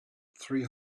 three